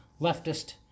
leftist